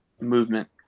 movement